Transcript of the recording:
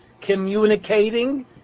Communicating